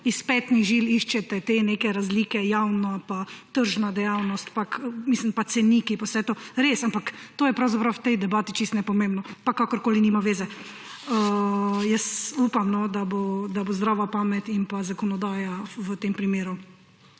iz petnih žil iščete te neke razlike, javno in tržna dejavnost, mislim, pa ceniki in vse to, res, ampak to je pravzaprav v tej debati čisto nepomembno. Pa kakorkoli, nima veze. Jaz upam, da bo zdrava pamet in pa zakonodaja v tem primeru